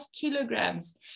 kilograms